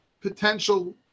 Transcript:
potential